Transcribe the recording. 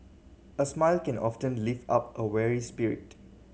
a smile can often lift up a weary spirit